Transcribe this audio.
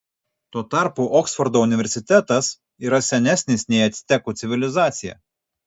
tuo tarpu oksfordo universitetas yra senesnis nei actekų civilizacija